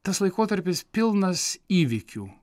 tas laikotarpis pilnas įvykių